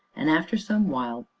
and, after some while,